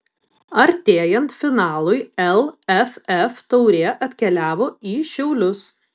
artėjant finalui lff taurė atkeliavo į šiaulius